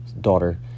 daughter